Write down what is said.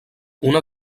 una